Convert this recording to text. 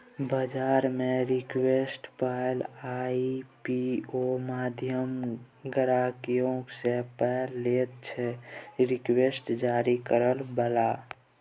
बजार मे सिक्युरिटीक पाइ आइ.पी.ओ माध्यमे गहिंकी सँ पाइ लैत छै सिक्युरिटी जारी करय बला